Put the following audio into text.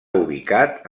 ubicat